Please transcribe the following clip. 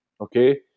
Okay